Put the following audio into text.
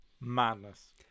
Madness